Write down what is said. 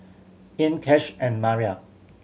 Ean Cash and Maria